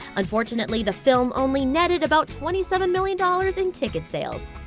unfortunately, the film only netted about twenty seven million dollars in ticket sales.